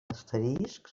asterisc